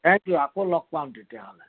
thank you আকৌ লগ পাম তেতিয়াহ'লে